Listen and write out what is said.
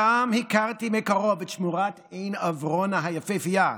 שם הכרתי מקרוב את שמורת עין עברונה היפהפייה,